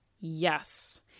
Yes